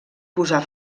posar